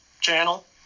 channel